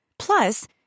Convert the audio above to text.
Plus